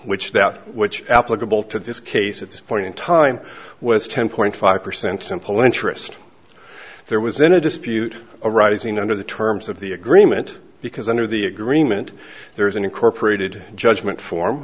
which that which applicable to this case at this point in time was ten point five percent simple interest there was then a dispute arising under the terms of the agreement because under the agreement there is an incorporated judgment form